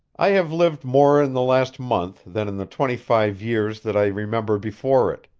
i have lived more in the last month than in the twenty-five years that i remember before it,